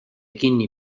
kinni